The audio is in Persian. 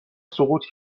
سقوط